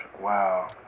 Wow